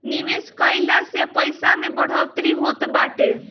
निवेश कइला से पईसा में बढ़ोतरी होत बाटे